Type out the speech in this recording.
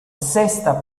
sesta